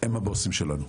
הם הבוסים שלנו.